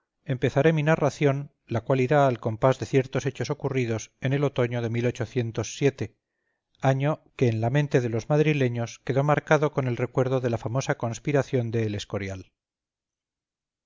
empezaré mi narración la cual irá al compás de ciertos hechos ocurridos en el otoño de año que en la mente de los madrileños quedó marcado con el recuerdo de la famosa conspiración de el escorial